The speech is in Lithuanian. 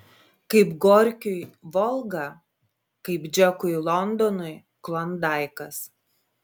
kaip gorkiui volga kaip džekui londonui klondaikas